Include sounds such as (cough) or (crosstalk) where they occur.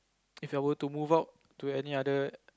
(noise) If I were to move out to any other